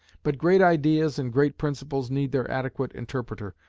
but great ideas and great principles need their adequate interpreter,